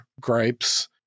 gripes